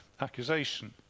accusation